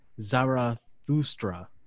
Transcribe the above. Zarathustra